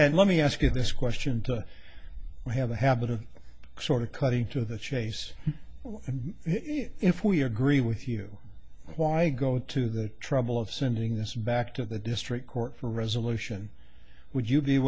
and let me ask you this question to you have a habit of sort of cutting to the chase and if we agree with you why go to the trouble of sending this back to the district court for resolution would you be